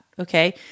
Okay